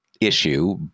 issue